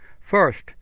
First